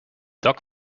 dak